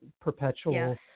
perpetual